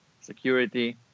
security